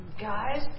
guys